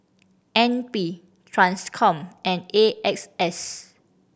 N P Transcom and A X S